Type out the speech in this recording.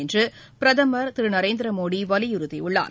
என்றுபிரதமர் திருநரேந்திரமோடிவலியுறுத்தியுள்ளார்